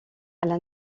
elles